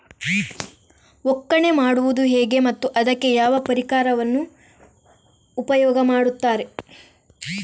ಒಕ್ಕಣೆ ಮಾಡುವುದು ಹೇಗೆ ಮತ್ತು ಅದಕ್ಕೆ ಯಾವ ಪರಿಕರವನ್ನು ಉಪಯೋಗ ಮಾಡುತ್ತಾರೆ?